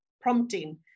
prompting